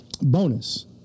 Bonus